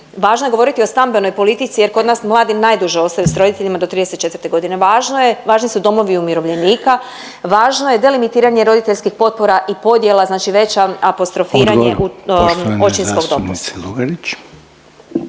Važno je govoriti o stambenoj politici, jer kod nas mladi najduže ostaju sa roditeljima do 34 godine. Važni su domovi umirovljenika, važno je delimitiranje roditeljskih potpora i podjela, znači veće apostrofiranje očinskog dopusta.